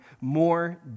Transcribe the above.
more